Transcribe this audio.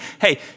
hey